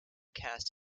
cast